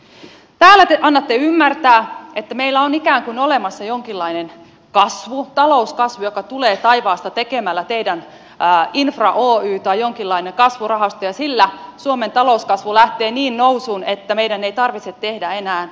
täällä te annatte ymmärtää että meillä on ikään kuin olemassa jonkinlainen kasvu talouskasvu joka tulee taivaasta tekemällä teidän infra oy tai jonkinlainen kasvurahasto ja sillä suomen talouskasvu lähtee niin nousuun että meidän ei tarvitse tehdä enää minkäänlaisia sopeutustoimia